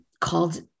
called